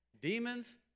Demons